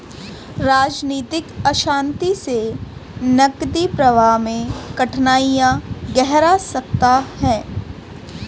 राजनीतिक अशांति से नकदी प्रवाह में कठिनाइयाँ गहरा सकता है